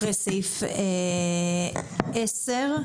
אחרי סעיף 10,